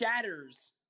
shatters